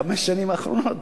יש בחמש השנים האחרונות?